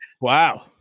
Wow